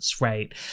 right